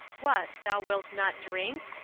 what, thou wilt not drink?